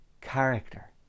character